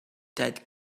that